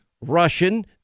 Russian